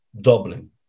Dublin